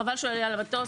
חבל שהוא יעלה על המטוס,